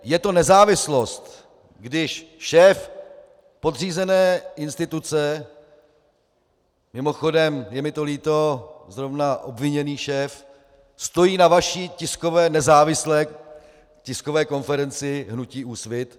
Je to nezávislost, když šéf podřízené instituce mimochodem, je mi to líto, zrovna obviněný šéf stojí na vaší nezávislé tiskové konferenci hnutí Úsvit?